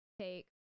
take